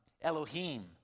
Elohim